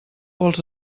pols